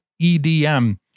EDM